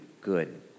good